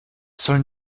sollen